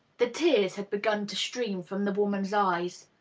the tears had begun to stream from the woman's eyes.